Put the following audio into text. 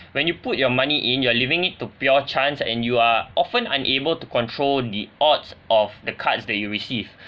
when you put your money in you're leaving it to pure chance and you are often unable to control the odds of the cards that you receive